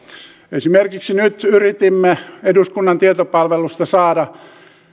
esimerkiksi nyt yritimme eduskunnan tietopalvelusta saada